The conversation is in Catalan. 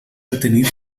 retenir